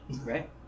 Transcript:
right